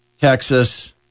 Texas